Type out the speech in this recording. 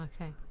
Okay